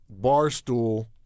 Barstool